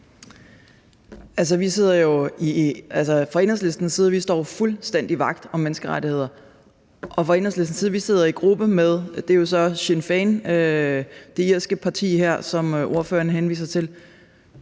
side står vi fuldstændig vagt om menneskerettighederne. Og det er jo så Sinn Féin, det irske parti, som ordføreren her henviser til.